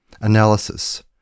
Analysis